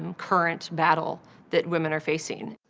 um current battle that women are facing.